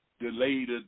delayed